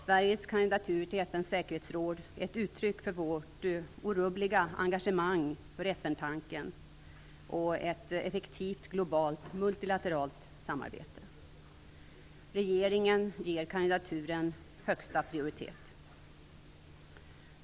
Sveriges kandidatur till FN:s säkerhetsråd är ett uttryck för vårt orubbliga engagemang för FN-tanken och ett effektivt globalt multilateralt samarbete. Regeringen ger kandidaturen högsta prioritet.